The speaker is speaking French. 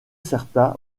certa